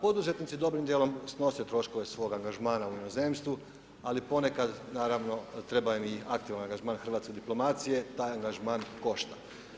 Poduzetnici dobrim dijelom snose troškove svog angažmana u inozemstvu, ali ponekad naravno treba im i aktivan angažman hrvatske diplomacije, a taj angažman košta.